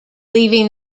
leaving